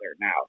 now